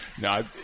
No